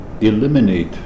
eliminate